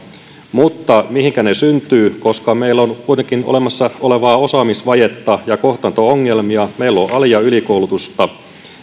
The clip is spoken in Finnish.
mutta mihinkä ne syntyvät kun meillä on kuitenkin olemassa olevaa osaamisvajetta ja kohtaanto ongelmia meillä on ali ja ylikoulutusta